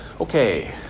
Okay